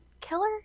killer